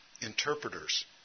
interpreters